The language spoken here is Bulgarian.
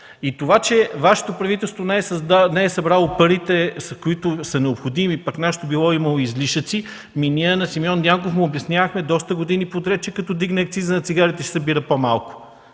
И това, че Вашето правителство не е събрало парите, които са необходими, пък нашето било имало излишъци, ами ние на Симеон Дянков му обяснявахме доста години поред, че като вдигне акциза на цигарите ще събира по-малко